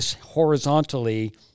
horizontally